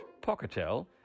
Pocketel